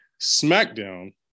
SmackDown